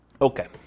Okay